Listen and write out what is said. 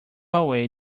away